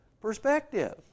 perspective